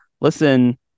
Listen